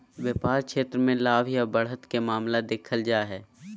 व्यापार क्षेत्र मे लाभ या बढ़त के मामला देखल जा हय